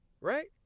Right